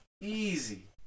Easy